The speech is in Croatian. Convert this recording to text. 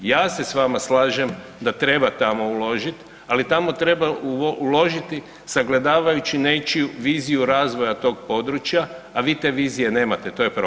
Ja se s vama slažem da treba tamo uložit ali tamo treba uložiti sagledavajući nečiju viziju razvoja tog područja a vi te vizije nemate, to je problem.